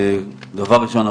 דבר ראשון,